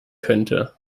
könnte